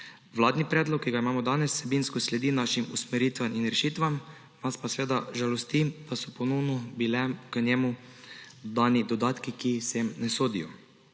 Vladni predlog, ki ga imamo danes, vsebinsko sledi našim usmeritvam in rešitvam, nas pa seveda žalosti, da so ponovno bili k njemu dani dodatki, ki sem ne sodijo.